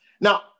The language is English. Now